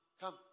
come